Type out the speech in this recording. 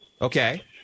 Okay